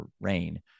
rain